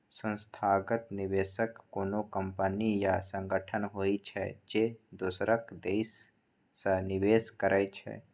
संस्थागत निवेशक कोनो कंपनी या संगठन होइ छै, जे दोसरक दिस सं निवेश करै छै